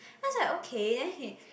then I was like okay then he